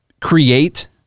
create